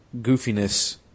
goofiness